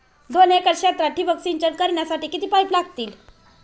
दोन एकर क्षेत्रात ठिबक सिंचन करण्यासाठी किती पाईप लागतील?